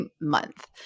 month